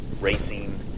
racing